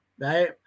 right